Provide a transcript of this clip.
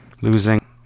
losing